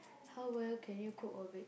how well can you cook or bake